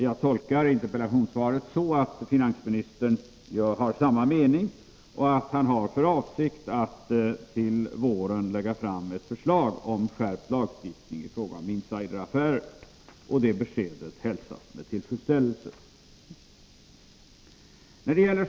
Jag tolkar interpellationssvaret så att finansministern har samma mening och att han har för avsikt att till våren lägga fram ett förslag om skärpt lagstiftning i fråga om insideraffärer. Det beskedet hälsas med tillfredsställelse.